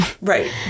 Right